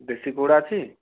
ଦେଶୀ କୁକୁଡ଼ା ଅଛି